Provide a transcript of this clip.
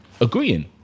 agreeing